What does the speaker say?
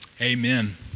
Amen